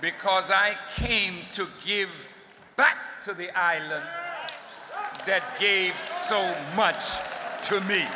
because i came to give back to the island that gave so much to me